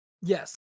Yes